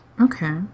Okay